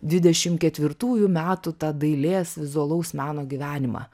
dvidešim ketvirtųjų metų tą dailės vizualaus meno gyvenimą